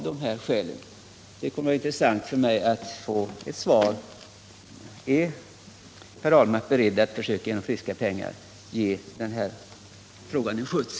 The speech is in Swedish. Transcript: Det skulle vara intressant för mig att få ett svar på frågan: Är Per Ahlmark beredd att genom friska pengar försöka ge den här saken en skjuts?